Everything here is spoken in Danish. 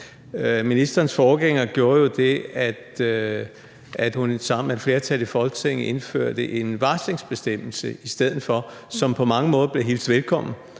Ministerens forgænger gjorde jo det, at hun sammen med et flertal i Folketinget indførte en varslingsbestemmelse i stedet for, som på mange måder blev hilst velkommen